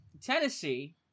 Tennessee